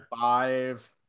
Five